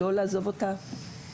לא לעזוב אותה,